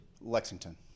Lexington